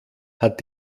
hat